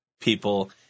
people